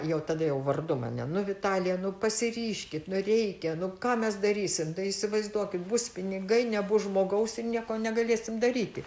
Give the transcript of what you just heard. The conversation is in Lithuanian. jau tada jau vardu mane nu vitalija pasiryžkit nu reikia nu ką mes darysim tai įsivaizduokit bus pinigai nebus žmogaus ir nieko negalėsim daryti